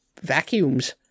vacuums